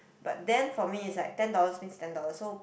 but then for me is like ten dollars mean ten dollars so